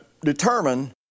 determine